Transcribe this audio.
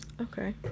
okay